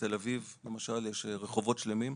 בתל אביב יש רחובות שלמים.